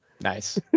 Nice